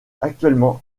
actuellement